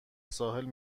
ساحل